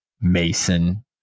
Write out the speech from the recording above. Mason